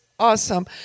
Awesome